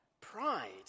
pride